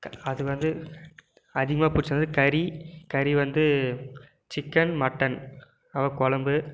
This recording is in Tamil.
க அது வந்து அதிகமாக புடிச்சது வந்து கறி கறி வந்து சிக்கன் மட்டன் குழம்பு